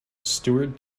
stewart